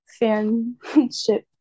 fanship